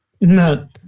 No